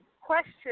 question